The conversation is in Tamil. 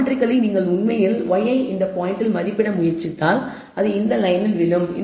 ஜாமெட்ரிக்கல்லி நீங்கள் உண்மையில் yi இந்த பாயிண்டில் மதிப்பிட முயற்சித்தால் அது இந்த லயனில் விழும்